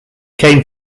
came